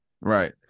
Right